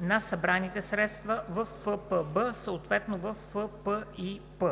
на събраните средства във ФПБ, съответно във ФПИП.“